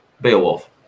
beowulf